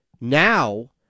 now